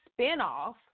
spinoff